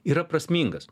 yra prasmingas